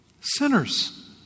Sinners